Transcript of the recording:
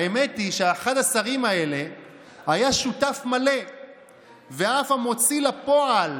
האמת היא שאחד השרים האלה היה שותף מלא ואף המוציא לפועל